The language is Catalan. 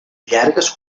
llargues